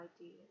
idea